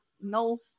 no